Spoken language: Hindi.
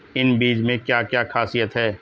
इन बीज में क्या क्या ख़ासियत है?